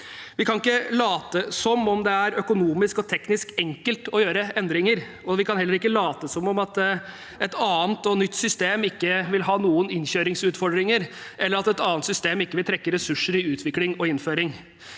Vi kan ikke late som om det er økonomisk og teknisk enkelt å gjøre endringer, og vi kan heller ikke late som om et annet og nytt system ikke vil ha noen innkjøringsutfordringer, eller at et annet system ikke vil trekke ressurser i utvikling og innføring.